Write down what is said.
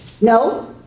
No